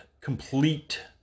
complete